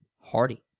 Hardy